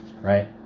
right